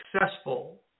successful